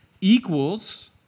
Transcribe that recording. equals